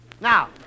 Now